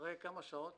אחרי כמה שעות